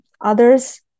others